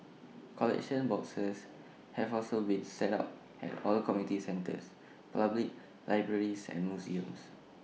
collection boxes have also been set up at all the community centres public libraries and museums